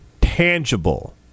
tangible